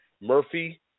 Murphy